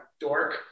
dork